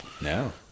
no